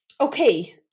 Okay